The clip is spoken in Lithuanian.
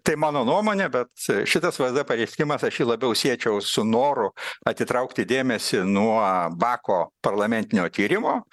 tai mano nuomonė bet šitas vsd pareiškimas aš jį labiau siečiau su noru atitraukti dėmesį nuo bako parlamentinio tyrimo